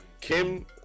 Kim